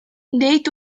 nid